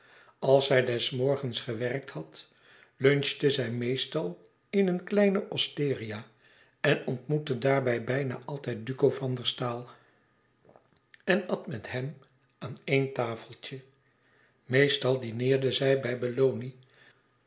als zij des morgens gewerkt had lunchte zij meestal in een kleine osteria en ontmoette daar bijna altijd duco van der staal en at met hem aan éen tafeltje meestal dineerde zij bij